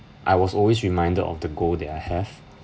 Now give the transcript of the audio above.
I was always reminded of the goal that I have